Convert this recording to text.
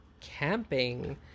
camping